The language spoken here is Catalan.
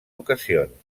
ocasions